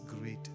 great